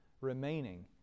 remaining